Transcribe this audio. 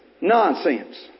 Nonsense